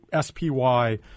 SPY